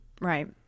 Right